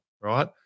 right